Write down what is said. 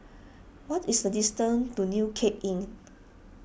what is the distance to New Cape Inn